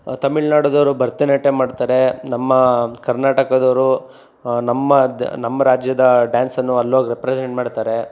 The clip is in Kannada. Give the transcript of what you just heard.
ತಮಿಳುನಾಡದವ್ರು ಭರತನಾಟ್ಯ ಮಾಡ್ತಾರೆ ನಮ್ಮ ಕರ್ನಾಟಕದವರು ನಮ್ಮ ದ್ ನಮ್ಮ ರಾಜ್ಯದ ಡ್ಯಾನ್ಸನ್ನು ಅಲ್ಲೋಗಿ ರೆಪ್ರೆಸೆಂಟ್ ಮಾಡ್ತಾರೆ